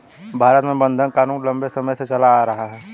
भारत में बंधक क़ानून लम्बे समय से चला आ रहा है